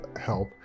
help